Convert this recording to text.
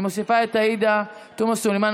אני מוסיפה את עאידה תומא סלימאן,